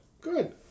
Good